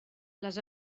les